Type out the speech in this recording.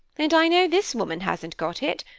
and i know this woman hasn't got it,